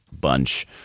bunch